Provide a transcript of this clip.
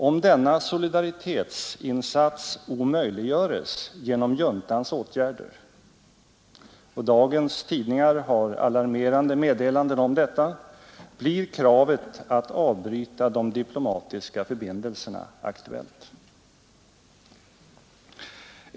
Om denna solidaritetsinsats omöjliggörs genom juntans åtgärder — och dagens tidningar har alarmerande meddelanden om detta — blir kravet att avbryta de diplomatiska förbindelserna aktuellt.